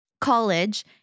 college